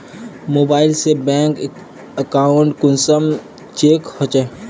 Mobile से bank account कुंसम check होचे?